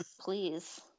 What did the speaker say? Please